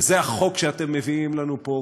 וזה החוק שאתם מביאים לנו פה,